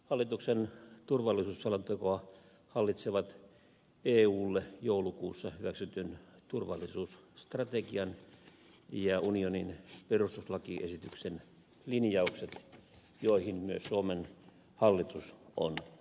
hallituksen turvallisuusselontekoa hallitsevat eulle joulukuussa hyväksytyn turvallisuusstrategian ja unionin perustuslakiesityksen linjaukset joihin myös suomen hallitus on sitoutunut